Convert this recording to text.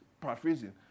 paraphrasing